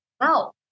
no